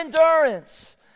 endurance